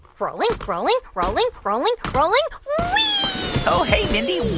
rolling, rolling, rolling, rolling, rolling wee oh. hey, mindy.